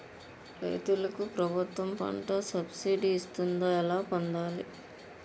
రైతులకు ప్రభుత్వం పంట సబ్సిడీ ఇస్తుందా? ఎలా పొందాలి?